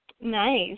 nice